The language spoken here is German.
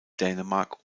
dänemark